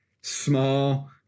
small